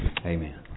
Amen